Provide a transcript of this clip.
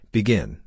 Begin